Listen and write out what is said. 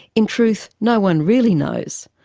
in truth, no one really knows,